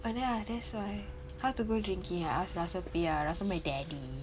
ah ya that's why how to go drinking I ask Russell pay ah Russell my daddy